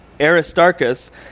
Aristarchus